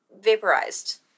vaporized